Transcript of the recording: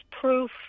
proof